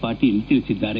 ಪಾಟೀಲ್ ತಿಳಿಸಿದ್ದಾರೆ